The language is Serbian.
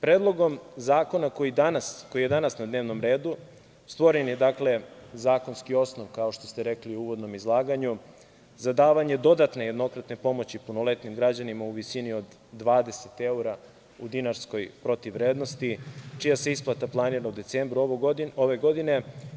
Predlogom zakona koji je danas na dnevnom redu stvoren je zakonski osnov, kao što ste rekli u uvodnom izlaganju, za davanje dodatne jednokratne pomoći punoletnim građanima u visini od 20 evra u dinarskoj protivvrednosti, čija se isplata planira u decembru ove godine.